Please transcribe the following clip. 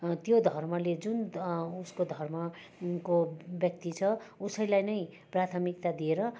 त्यो धर्मले जुन उसको धर्मको व्यक्ति छ उसैलाई नै प्राथमिकता दिएर